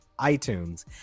iTunes